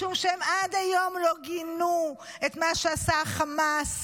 משום שעד היום הם לא גינו את מה שעשה החמאס